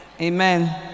Amen